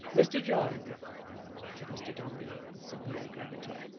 mr john said mr dombey, with severe gravity,